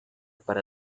para